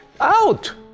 out